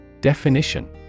Definition